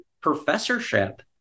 professorship